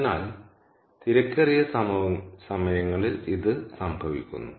അതിനാൽ തിരക്കേറിയ സമയങ്ങളിൽ ഇത് സംഭവിക്കുന്നു